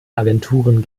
agenturen